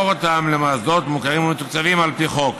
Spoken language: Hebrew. למוסדות מוכרים ומתוקצבים על פי חוק.